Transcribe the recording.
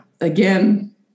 again